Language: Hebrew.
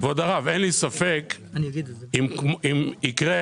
אין לי ספק אם יקרה